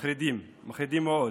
מחרידים, מחרידים מאוד.